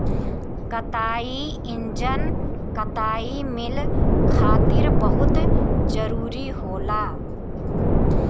कताई इंजन कताई मिल खातिर बहुत जरूरी होला